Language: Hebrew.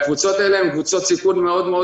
הקבוצות האלה הן קבוצות סיכון מאוד מאוד